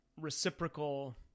reciprocal